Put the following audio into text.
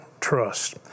Trust